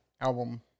album